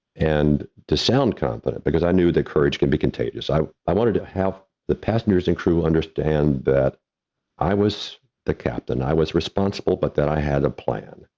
and to sound confident because i knew the courage can be contagious. i i wanted to have the passengers and crew understand that i was the captain, was responsible, but that i had a plan.